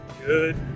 good